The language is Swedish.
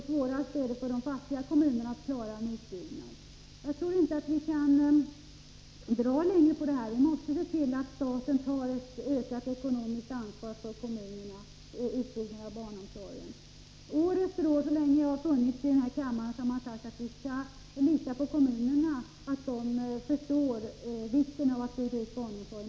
Svårast är det för de fattiga kommunerna att klara en utbyggnad. Jag tror inte att vi kan dra ut på tiden längre med det här. Vi måste se till att staten tar ett ökat ekonomiskt ansvar för kommunernas utbyggnad av barnomsorgen. År efter år, så länge jag har funnits i riksdagen, har man sagt att vi skall lita på att kommunerna förstår vikten av att bygga ut barnomsorgen.